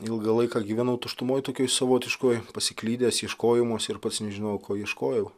ilgą laiką gyvenau tuštumoj tokioj savotiškoj pasiklydęs ieškojimuose ir pats nežinojau ko ieškojau